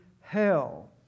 hell